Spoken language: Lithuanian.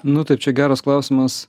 nu tai čia geras klausimas